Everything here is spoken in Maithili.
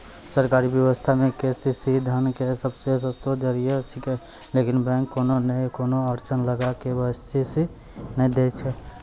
सरकारी व्यवस्था मे के.सी.सी धन के सबसे सस्तो जरिया छिकैय लेकिन बैंक कोनो नैय कोनो अड़चन लगा के के.सी.सी नैय दैय छैय?